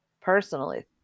personally